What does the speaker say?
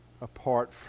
apart